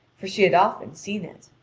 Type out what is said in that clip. for she had often seen it.